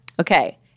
Okay